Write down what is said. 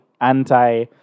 anti